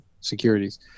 securities